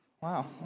Wow